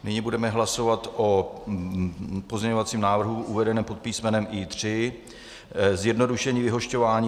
Nyní budeme hlasovat o pozměňovacím návrhu uvedeném pod písmenem I3 zjednodušení vyhošťování.